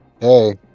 Hey